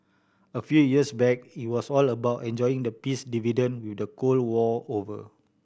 a few years back it was all about enjoying the peace dividend with the Cold War over